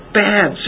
bad